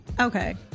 Okay